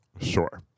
sure